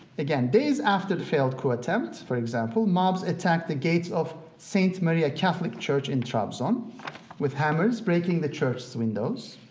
again, days after the failed coup attempt, for example, mobs attacked the gates of saint maria catholic church in trabzon with hammers, breaking the church windows.